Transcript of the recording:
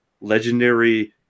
legendary